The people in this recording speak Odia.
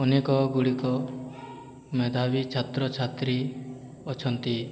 ଅନେକ ଗୁଡ଼ିକ ମେଧାବୀ ଛାତ୍ରଛାତ୍ରୀ ଅଛନ୍ତି